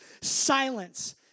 silence